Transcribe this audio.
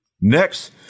Next